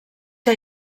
que